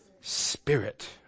Spirit